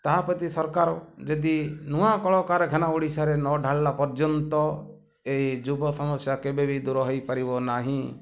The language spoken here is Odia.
ତାହା ପ୍ରତି ସରକାର ଯଦି ନୂଆ କଳକାରଖାନା ଓଡ଼ିଶାରେ ନ ଢ଼ାଳିଲା ପର୍ଯ୍ୟନ୍ତ ଏଇ ଯୁବ ସମସ୍ୟା କେବେ ବି ଦୂର ହୋଇପାରିବ ନାହିଁ